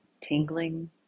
tingling